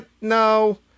no